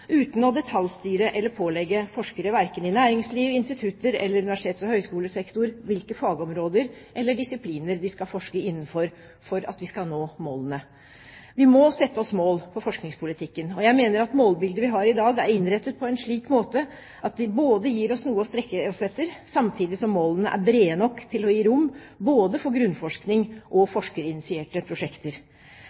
uten å detaljstyre eller pålegge forskere verken i næringsliv, institutter eller universitets- og høyskolesektoren hvilke fagområder eller disipliner de skal forske innenfor for at vi skal nå målene. Vi må sette oss mål for forskningspolitikken, og jeg mener at målbildet vi har i dag, er innrettet på en slik måte at det gir oss noe å strekke oss etter, samtidig som målene er brede nok til å gi rom for både grunnforskning og forskerinitierte prosjekter.